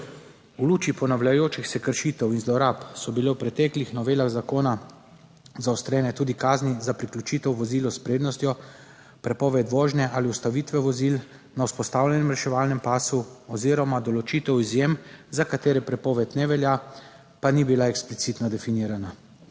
V luči ponavljajočih se kršitev in zlorab so bile v preteklih novelah zakona zaostrene tudi kazni za priključitev vozil s prednostjo, prepoved vožnje ali ustavitve vozil na vzpostavljenem reševalnem pasu oziroma določitev izjem, za katere prepoved ne velja, pa ni bila eksplicitno definirana.